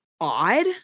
odd